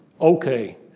Okay